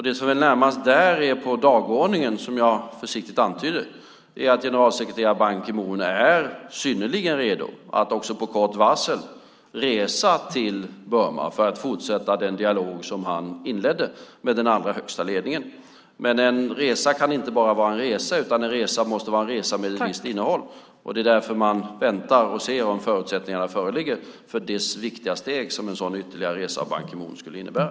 Det som närmast är på dagordningen, och som jag försiktigt antyder, är att generalsekreterare Ban Ki Moon är synnerligen redo att på kort varsel resa till Burma för att fortsätta den dialog som han inledde med den allra högsta ledningen. Men en resa kan inte bara vara en resa, utan en resa måste vara en resa med politiskt innehåll. Det är därför man väntar och ser om förutsättningarna föreligger för det viktiga steg som en ytterligare resa av Ban Ki Moon skulle innebära.